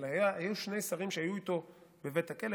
אבל היו שני שרים שהיו איתו בבית הכלא,